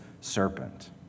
serpent